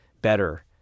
better